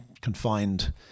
confined